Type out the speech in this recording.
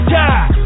die